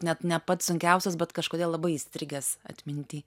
net ne pats sunkiausias bet kažkodėl labai įstrigęs atminty